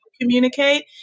communicate